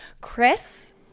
Chris